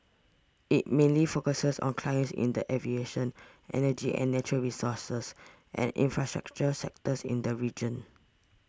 it mainly focuses on clients in the aviation energy and natural resources and infrastructure sectors in the region